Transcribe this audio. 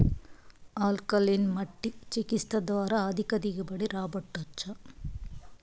alkaline మట్టి చికిత్స ద్వారా అధిక దిగుబడి రాబట్టొచ్చా